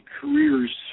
careers